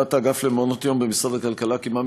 הנהלת האגף למעונות-יום במשרד הכלכלה קיימה כמה